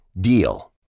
DEAL